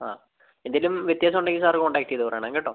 ആ എന്തേലും വ്യത്യാസം ഉണ്ടെങ്കിൽ സാർ കോൺടാക്ട് ചെയ്ത് പറയണം കേട്ടോ